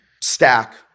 stack